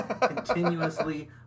continuously